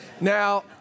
now